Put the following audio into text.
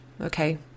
Okay